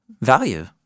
value